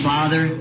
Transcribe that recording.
Father